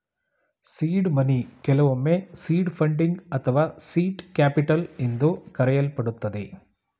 seed money ಕೆಲವೊಮ್ಮೆ seed funding ಅಥವಾ seed capital ಎಂದು ಕರೆಯಲ್ಪಡುತ್ತದೆ